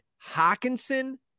Hawkinson